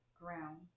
ground